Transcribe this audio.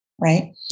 right